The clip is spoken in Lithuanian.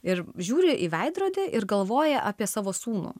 ir žiūri į veidrodį ir galvoja apie savo sūnų